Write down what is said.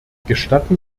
gestatten